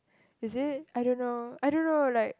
is it I don't know I don't know like